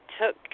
took